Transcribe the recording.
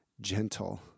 gentle